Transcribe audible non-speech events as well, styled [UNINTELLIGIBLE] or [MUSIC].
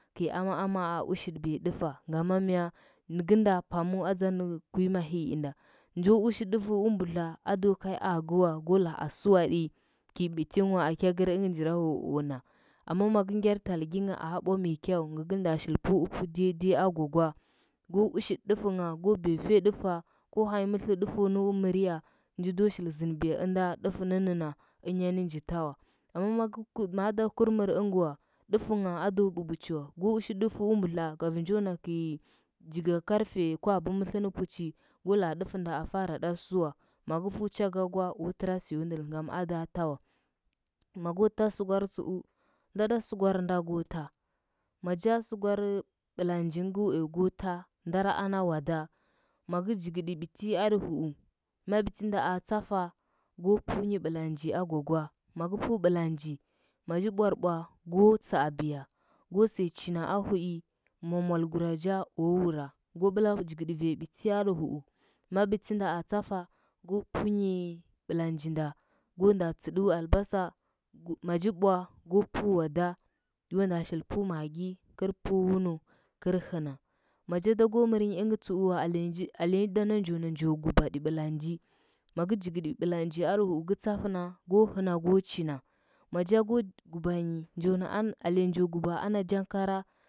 Kɚi ama ama a ushibiya dɚfa ngama mya nɚgɚnd. Pamu atsa nɚ kuimabii inda. Njo ushi dɚfɚ umbudla ado gai aakɚwa go laa a sɚwa ɗi, kɚl biti nwa kekɚri ɚngɚ njirawawao na amma magɚ ngyar talgingha bwa maikyau, magɚ nda shil pla upungha daidai agwa kwa, go ushiɗɗɚfɚngha, go biya fe dɚfa ko hanyi mɚtlɚu ɗɚfo nau mɚriya njido shil zɚndɚbiya ɚnda ɗɚfɚ nɚnnɚna ɚnyanɚ nja tawa. Amma mɚkɚku, ma dakɚ kar mɚr ɚngɚwa ɗɚfɚngha ado bupuchi wa go ushi ɗɚfɚ ɚmbudca gavi njo na kel jiga karfe kwabɚɚthɚ nɚ puchi go ina dɚfɚnda a faraɗɚ sɚwamagɚ fu chaga gwa o tɚra sɚyo ndɚl ngam ada ta wa mago ta sɚgwar tsuu, dlaɗa sɚkwar nda go ta maja sɚgwar bɚlanjing gɚ uya go ta, ndara ana uada, magɚ jigɚɗi biti atɚ huu ma bitinda a tsafa go pu bɚlanji angwa kwa. Magɚ pii bɚlanji maji bwarbwa go tsaabiya, go saya china a hai mwamwal guraja o wura go bɚla jigɚɗi vanya biɗi aɗɚ huu. Ma bitinda a tsafa go punyi bɚlanjinda, go nda tsɚɗu albasa [UNINTELLIGIBLE] ma ji bwa go pu uada njonda shil pu magi, kɚr pu [NOISE] wunu, kɚr hɚnda. maja da go mɚrnyi ɚngɚ tsuu wa alenji, alenyi da nda njo na njo gubatɚ bɚlanji magɚ jigɚɗi bɚlanji adɚ huu, ko tsafɚa, go hɚnda, go china. Maja go gubanyi njo nam [UNINTELLIGIBLE] abenya njo uba ana jankara.